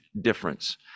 difference